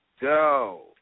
go